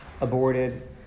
aborted